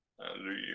Hallelujah